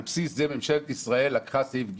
על בסיס זה ממשלת ישראל לקחה את סעיף (ג),